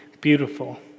beautiful